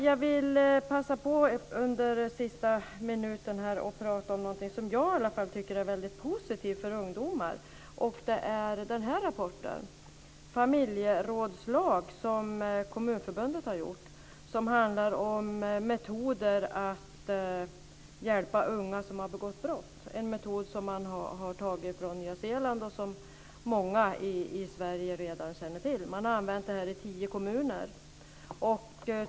Jag vill passa på att under den sista minuten prata om någonting som jag i alla fall tycker är väldigt positivt för ungdomar. Det är den rapport som jag håller i handen, Familjerådslag, som Kommunförbundet har utformat. Den handlar om en metod för att hjälpa unga som har begått brott. Det är en metod som man har tagit från Nya Zeeland och som många i Sverige redan känner till. Man har använt den i tio kommuner.